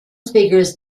speakers